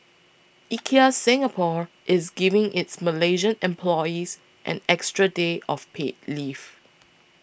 IKEA Singapore is giving its Malaysian employees an extra day of paid leave